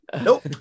nope